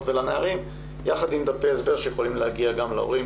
ולנערים יחד עם דפי הסבר שיכולים להגיע גם להורים